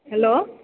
hello